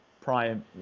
Prime